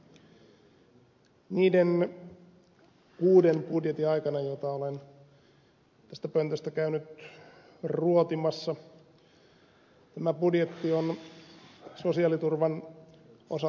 niiden kuuden budjetin aikana joita olen tästä pöntöstä käynyt ruotimassa tämä budjetti on sosiaaliturvan osalta paras